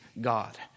God